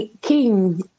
King